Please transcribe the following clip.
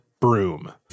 broom